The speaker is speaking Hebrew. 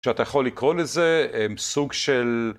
‫שאתה יכול לקרוא לזה סוג של...